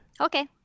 Okay